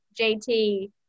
JT –